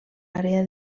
àrea